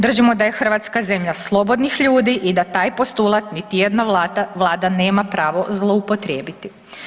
Držimo da je Hrvatska zemlja slobodnih ljudi i da taj postulat niti jedna vlada nema pravo zloupotrijebiti.